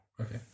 Okay